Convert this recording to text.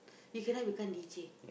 you cannot become D_J